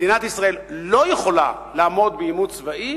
מדינת ישראל לא יכולה לעמוד בעימות צבאי